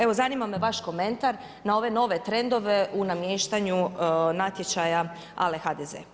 Evo zanima me vaš komentar na ove nove trendove u namještanju natječaja ale HDZ.